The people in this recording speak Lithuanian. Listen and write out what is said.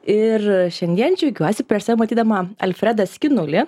ir šiandien džiaugiuosi prieš save matydama alfredą skinulį